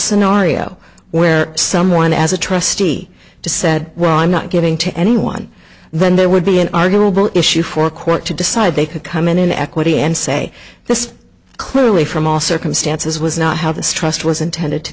scenario where someone as a trustee to said ra i'm not giving to anyone then there would be an arguable issue for a court to decide they could come in in equity and say this clearly from all circumstances was not how this trust was intended to